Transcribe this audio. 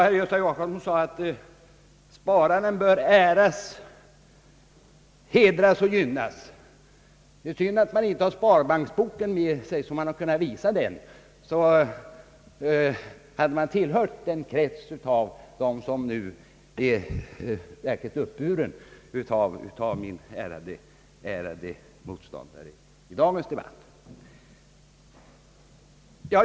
Herr Gösta Jacobsson sade, att spararen bör äras, hedras och gynnas. Det är synd att man inte har sparbanksboken med sig och kan visa den! Då hade man kanske tillhört den krets, som nu blir verkligt uppburen av min ärade motståndare i dagens debatt.